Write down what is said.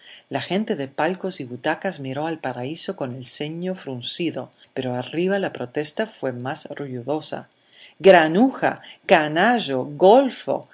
la gente de palcos y butacas miró al paraíso con el ceño fruncido pero arriba la protesta fue más ruidosa granuja canalla golfo